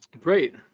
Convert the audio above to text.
Great